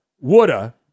woulda